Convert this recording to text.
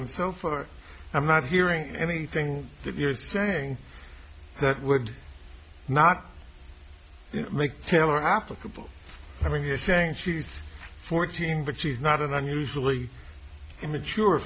him so for i'm not hearing anything that you're saying that would not make taylor applicable i mean you're saying she's fourteen but she's not an unusually immature